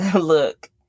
look